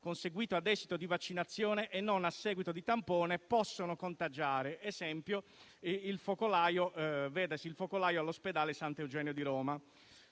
conseguito a esito di vaccinazione e non a seguito di tampone, possono contagiare (si pensi, ad esempio, al focolaio all'ospedale Sant'Eugenio di Roma).